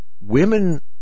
women